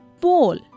bowl